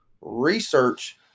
Research